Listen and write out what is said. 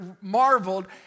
marveled